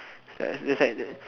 so just like that